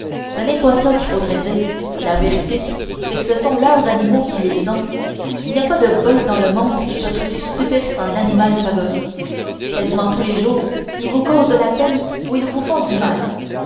ça n'est pas ça qu'il faudrait dire la vérité cest que ce sont leurs animaux qui les ont il n'y a pas de boss dans le monde qui soit aussi stupide qu'un animal favori quasiment tous les jours ils vous causent de la peine ou ils vous font du mal